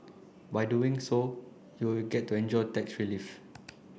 by doing so you get to enjoy tax relief